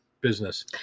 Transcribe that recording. business